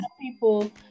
people